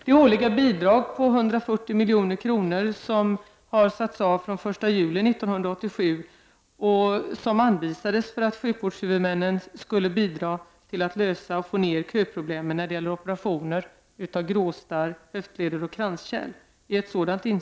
Det årliga bidrag på 140 milj.kr. som har satts av från den 1 juli 1987 och som anvisades för att sjukvårdshuvudmännen skulle kunna minska köproblemen när det gäller operationer vid gråstarr, höftledsbesvär och kranskärlssjukdomar är ett sådant exempel.